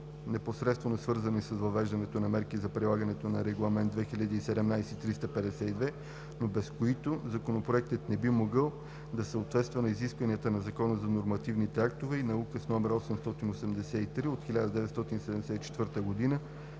непосредствено свързани с въвеждането на мерки за прилагане на Регламент (ЕС) 2017/352, но без които Законопроектът не би могъл да съответства на изискванията на Закона за нормативните актове и на Указ № 883 от 1974 г. за